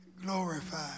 glorified